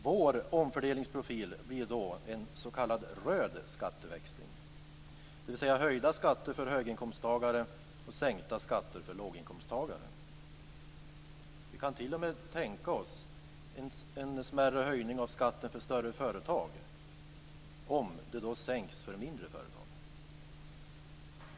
Vår omfördelningsprofil bygger då på en s.k. röd skatteväxling, dvs. höjda skatter för höginkomsttagare och sänkta skatter för låginkomsttagare. Vi kan t.o.m. tänka oss en smärre höjning av skatten för större företag om den sänks för de mindre företagen.